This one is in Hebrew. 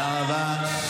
תודה רבה.